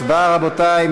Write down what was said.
הצבעה, רבותי.